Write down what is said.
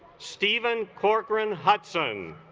stephen corcoran hudson